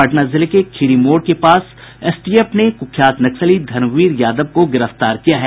पटना जिले के खीरीमोड़ थाना क्षेत्र से एसटीएफ ने कुख्यात नक्सली धर्मवीर यादव को गिरफ्तार किया है